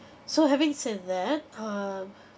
so having said that um